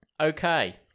Okay